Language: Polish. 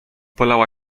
polała